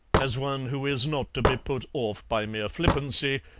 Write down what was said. as one who is not to be put off by mere flippancy,